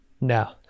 No